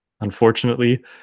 unfortunately